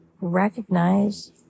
recognize